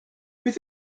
beth